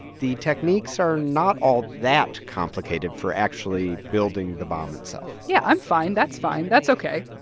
the techniques are not all that complicated for actually building the bomb itself yeah, i'm fine. that's fine. that's ok.